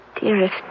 dearest